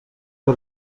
que